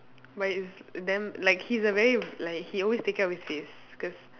but he's damn like he's a very like he always take care of his face cause